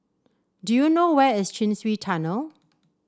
do you know where is Chin Swee Tunnel